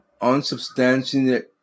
unsubstantiated